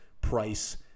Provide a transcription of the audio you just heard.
price